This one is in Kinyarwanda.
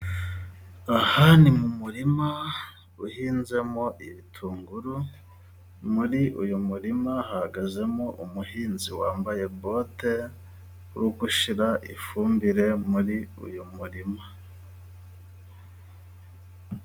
Aha ni mu murima uhinzemo ibitunguru muri uyu murima hahagazemo umuhinzi wambaye bote uri gushyira ifumbire muri uyu murima.